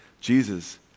Jesus